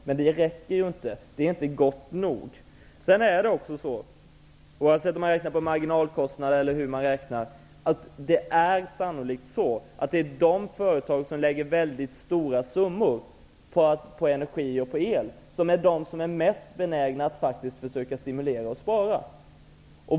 Men det räcker inte. Det är inte gott nog. Sedan är det sannolikt på det sättet, oavsett om man räknar på marginalkostnader eller på något annat sätt, att det är de företag som lägger mycket stora summor på energi och på el som är de som är mest benägna att försöka stimulera och spara.